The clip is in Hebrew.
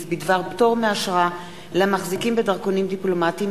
בדבר פטור מאשרה למחזיקים בדרכונים דיפלומטיים,